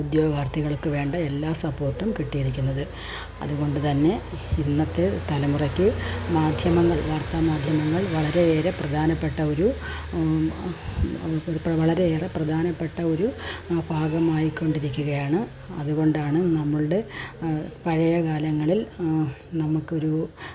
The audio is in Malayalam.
ഉദ്യോഗാർത്ഥികൾക്ക് വേണ്ട എല്ലാ സപ്പോർട്ടും കിട്ടിയിരിക്കുന്നത് അതുകൊണ്ട് തന്നെ ഇന്നത്തെ തലമുറയ്ക്ക് മാധ്യമങ്ങൾ വാർത്ത മാധ്യമങ്ങൾ വളരെ ഏറെ പ്രധാനപ്പെട്ട ഒരു വളരെ ഏറെ പ്രധാനപ്പെട്ട ഒരു ഭാഗമായി കൊണ്ടിരിക്കുകയാണ് അതുകൊണ്ടാണ് നമ്മളുടെ പഴയ കാലങ്ങളിൽ നമുക്ക് ഒരു